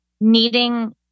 needing